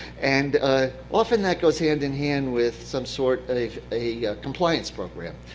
and ah often that goes hand in hand with some sort of a compliance program.